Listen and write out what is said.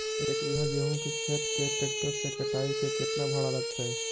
एक बिघा गेहूं के खेत के ट्रैक्टर से कटाई के केतना भाड़ा लगतै?